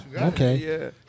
okay